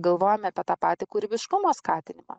galvojam apie tą patį kūrybiškumo skatinimą